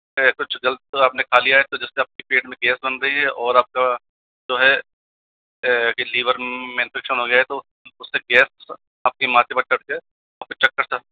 कुछ गलत आपने खा लिया है तो जिससे आपके पेट में गैस बन रही है और आपका जो है लीवर में इंफेक्शन हो गया है तो उससे गैस आपकी माथे में चढ़ के आपको चक्कर सा